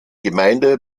gemeinde